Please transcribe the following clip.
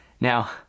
Now